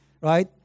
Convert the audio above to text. right